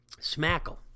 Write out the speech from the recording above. Smackle